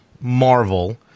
Marvel